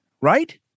right